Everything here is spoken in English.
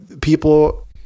people